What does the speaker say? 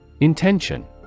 Intention